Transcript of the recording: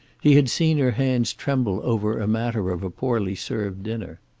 he had seen her hands tremble over a matter of a poorly served dinner.